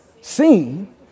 seen